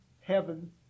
heaven